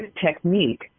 technique